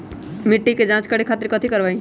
मिट्टी के जाँच करे खातिर कैथी करवाई?